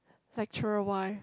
lecturer why